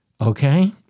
Okay